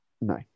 No